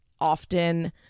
often